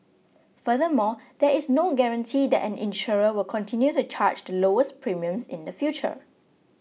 furthermore there is no guarantee that an insurer will continue to charge the lowest premiums in the future